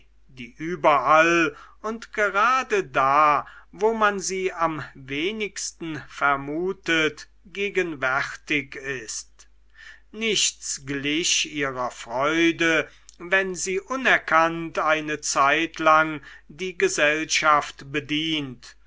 die überall und gerade da wo man sie am wenigsten vermutet gegenwärtig ist nichts glich ihrer freude wenn sie unerkannt eine zeitlang die gesellschaft bedient